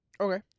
Okay